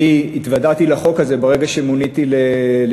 אני התוודעתי לחוק הזה ברגע שמוניתי ליושב-ראש